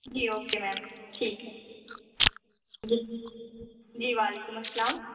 جی okay ma'am ٹھیک ہے جی جی وعلیکم السلام